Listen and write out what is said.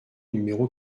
numéro